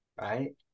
Right